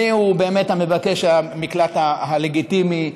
מיהו מבקש המקלט הלגיטימי,